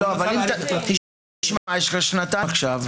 לא אבל תשמע יש לך שנתיים עכשיו,